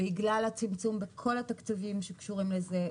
בגלל הצמצום בכל התקציבים שקשורים לזה,